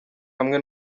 hamwe